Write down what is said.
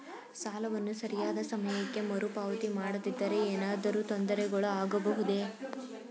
ಸಾಲವನ್ನು ಸರಿಯಾದ ಸಮಯಕ್ಕೆ ಮರುಪಾವತಿ ಮಾಡದಿದ್ದರೆ ಏನಾದರೂ ತೊಂದರೆಗಳು ಆಗಬಹುದೇ?